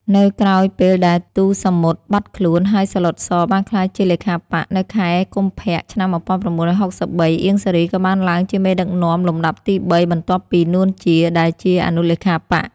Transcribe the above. នៅក្រោយពេលដែល ទូ សាមុត បាត់ខ្លួន ហើយ សាឡុត ស បានក្លាយជាលេខាបក្ស នៅខែកុម្ភៈ ឆ្នាំ១៩៦៣ អៀង សារី ក៏បានឡើងជាមេដឹកនាំលំដាប់ទីបី បន្ទាប់ពី នួន ជា ដែលជាអនុលេខាបក្ស។